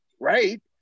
right